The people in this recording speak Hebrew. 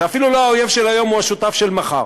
זה אפילו לא האויב של היום הוא השותף של מחר.